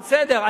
אה, בסדר.